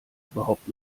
überhaupt